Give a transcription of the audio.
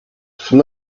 from